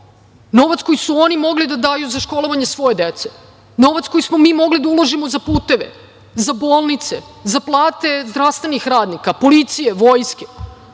novac koji su oni mogli da daju za školovanje svoje dece, novac koji mogli da uložimo za puteve, za bolnice, za plate zdravstvenih radnika, policije, vojske,